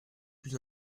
plus